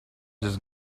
just